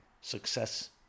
success